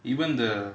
even the